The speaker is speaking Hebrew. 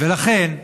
לכן,